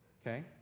okay